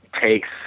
takes